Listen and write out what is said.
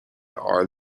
are